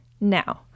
Now